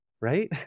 right